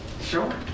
Sure